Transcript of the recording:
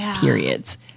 periods